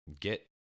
get